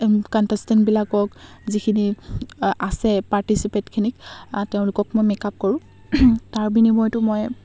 কণ্টেষ্টেণ্টবিলাকক যিখিনি আছে পাৰ্টিচিপেণ্টখিনিক তেওঁলোকক মই মেকআপ কৰোঁ তাৰ বিনিময়তো মই